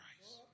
Christ